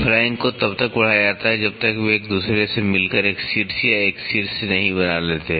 flank को तब तक बढ़ाया जाता है जब तक कि वे एक दूसरे से मिलकर एक शीर्ष या एक शीर्ष नहीं बना लेते